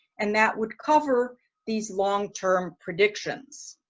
and that would cover these long term predictions.